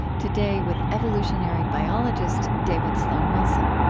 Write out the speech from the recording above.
today, with evolutionary biologist david sloan wilson.